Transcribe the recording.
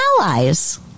allies